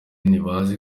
ntibazi